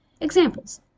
Examples